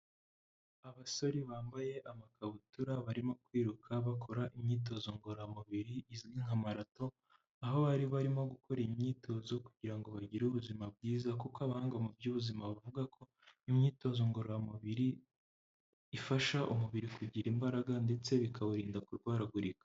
Abasore bambaye amakabutura, barimo kwiruka bakora imyitozo ngororamubiri izwi nka marato, aho bari barimo gukora imyitozo kugira ngo bagire ubuzima bwiza kuko abahanga mu by'ubuzima bavuga ko imyitozo ngororamubiri ifasha umubiri kugira imbaraga ndetse bikawurinda kurwaragurika.